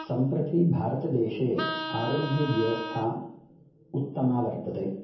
सम्प्रति भारतदेशे आरोग्यव्यवस्था उत्तमा वर्तते